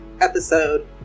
episode